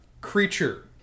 Creature